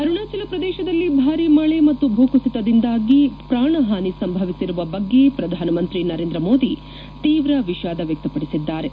ಅರುಣಾಚಲಪ್ರದೇಶದಲ್ಲಿ ಭಾರಿ ಮಳೆ ಮತ್ತು ಭೂಕುಸಿತದಿಂದಾಗಿ ಪ್ರಾಣಹಾನಿ ಸಂಭವಿಸಿರುವ ಬಗ್ಗೆ ಪ್ರಧಾನಮಂತ್ರಿ ನರೇಂದ್ರ ಮೋದಿ ತೀವ್ರ ವಿಷಾದ ವ್ಯಕ್ಷಪಡಿಸಿದ್ದಾರೆ